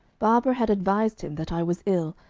barbara had advised him that i was ill,